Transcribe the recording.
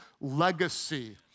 legacy